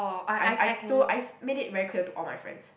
I I told I s~ made it very clear to all my friends